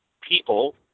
people